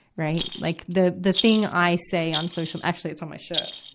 right. like the, the thing i say on social actually, it's on my shirt,